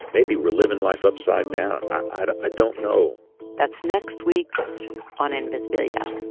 maybe we're living life upside down. i don't know that's next week on invisibilia oh,